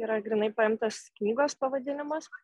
yra grynai paimtas knygos pavadinimas